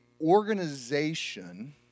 organization